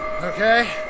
Okay